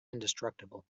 indestructible